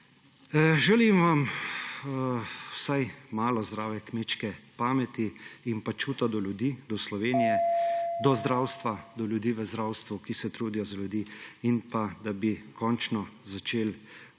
Želim vam vsaj malo zdrave kmečke pameti in pa čuta do ljudi, do Slovenije, do zdravstva, do ljudi v zdravstvu, ki se trudijo za ljudi, in da bi končno začeli